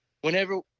whenever